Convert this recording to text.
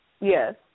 Yes